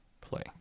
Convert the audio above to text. play